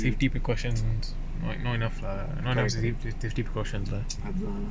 safety precautions not enough err safety precautions lah